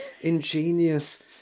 ingenious